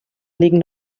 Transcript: liegen